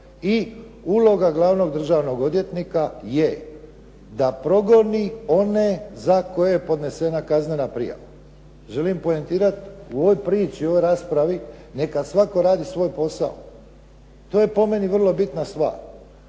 i uloga glavnog državnog odvjetnika je da progoni one za koje je podnesena kaznena prijava. Želim poentirati u ovoj prilici, ovoj raspravi neka svatko radi svoj posao. To je po meni vrlo bitna stvar.